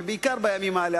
ובעיקר בימים האלה,